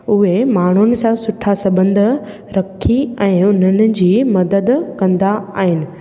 उहे माण्हुनि सां सूठा सबंध रखी ऐं उन्हनि जी मदद कंदा आहिनि